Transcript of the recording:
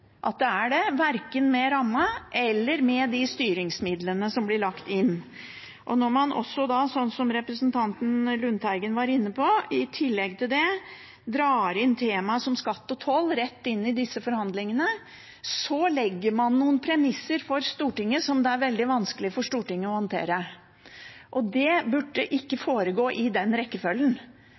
at det er det, verken med rammen eller med de styringsmidlene som blir lagt inn. Når man også, som representanten Lundteigen var inne på, i tillegg til det drar inn tema som skatt og toll i disse forhandlingene, legger man noen premisser for Stortinget som det er veldig vanskelig for Stortinget å håndtere. Det burde ikke foregå i den rekkefølgen.